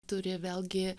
turi vėlgi